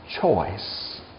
choice